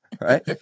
right